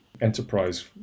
enterprise